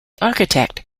architect